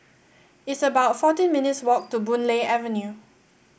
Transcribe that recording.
it's about fourteen minutes' walk to Boon Lay Avenue